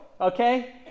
Okay